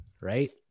Right